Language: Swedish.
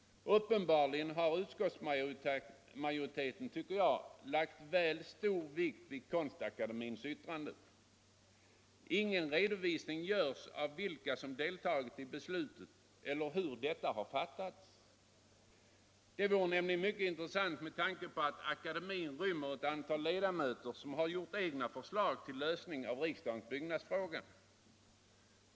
Uppenbarligen har utskottsmajoriteten lagt väl stor vikt vid Konstakademiens yttrande. Ingen redovisning görs av vilka som deltagit i dess beslut eller hur detta har fattats. Det vore nämligen mycket intressant att få veta, med tanke på att akademien rymmer ett antal ledamöter som har gjort egna förslag till lösning av riksdagens byggnadsfråga.